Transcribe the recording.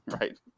Right